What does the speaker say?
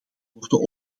worden